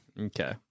Okay